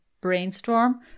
brainstorm